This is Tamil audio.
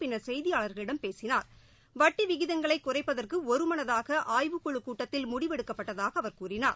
பின்னா் செய்தியாளர்களிடம் பேசினார் வட்டி விகிதங்களை குறைப்பதற்கு ஒருமனதூக ஆய்வுக்குழுக் கூட்டத்தில் முடிவெடுக்கப்பட்டதாக அவர் கூறினார்